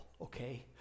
okay